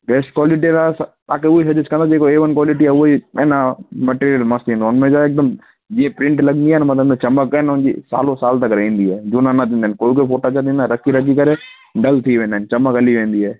best quality वारा असां तव्हांखे हू सजेस्ट कंदासीं जेको ऐ वन कॉलिटी आहे उहा हिन मटेरिअल मस्तु ॾींदो हुअमि हुन में छा हिकदमि जीअं प्रिंट लॻंदी आहे न मतलबु उन में चमक आहे न हुनजी सालो साल तक रहंदी आहे झूना न थींदा आहिनि कोई बि फोटा छा थींदा आहिनि रखी रखी करे डल थी वेंदा आहिनि चमक हली वेंदी आहे